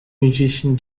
musician